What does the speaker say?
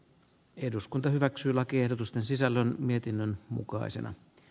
eduskunta hyväksyy lakiehdotusten sisällön mietinnön mukaisina